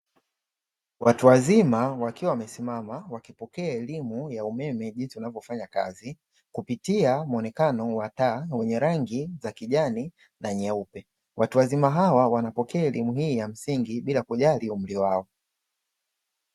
Watu wazima wakiwa wamesimama wakipokea elimu ya umeme jinsi inavyofanya kazi kupitia mwonekano wa taa wenye rangi za kijani na nyeupe, watu wazima hawa wanapikea elimu hii ya msingi bila kujali umri wao.